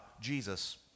Jesus